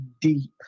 deep